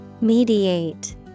Mediate